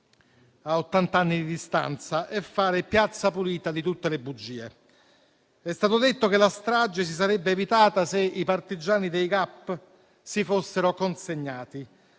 a ottant'anni di distanza, sia fare piazza pulita di tutte le bugie. È stato detto che la strage si sarebbe evitata se i partigiani dei GAP si fossero consegnati.